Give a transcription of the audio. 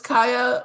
Kaya